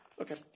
Okay